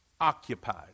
occupied